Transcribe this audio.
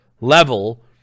level